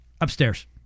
upstairs